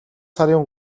сарын